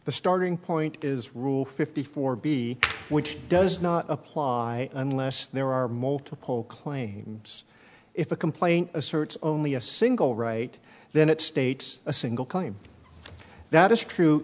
the starting point is rule fifty four b which does not apply unless there are multiple claims if a complaint asserts only a single right then it states a single claim that is true